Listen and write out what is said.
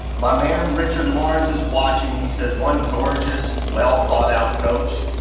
my man, richard lawrence is watching. he says one gorgeous, well thought out coach.